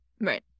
Right